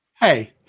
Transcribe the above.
hey